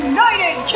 United